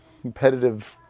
competitive